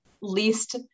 least